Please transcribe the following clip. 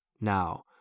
Now